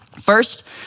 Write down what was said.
First